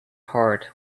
hearts